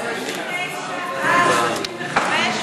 40 בעד, 60